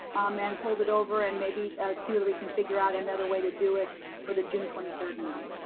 and hold it over and maybe see whether we can figure out another way to do it for the june twenty third meeting.